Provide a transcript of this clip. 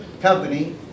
company